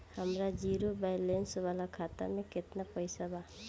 हमार zero balance वाला खाता में केतना पईसा बा?